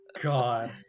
God